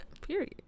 period